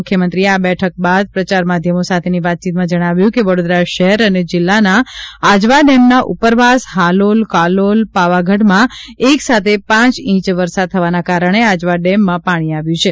મુખ્યમંત્રીએ આ બેઠક બાદ પ્રચાર માધ્યમો સાથેની વાતચીતમાં જણાવ્યું કે વડોદરા શહેર અને જિલ્લાના આજવા ડેમના ઉપરવાસ હાલોલ કાલોલ પાવાગઢમાં એકસાથે પાંચ ઇંચ વરસાદ થવાના કારણે આજવા ડેમમાં પાણી આવ્યું છે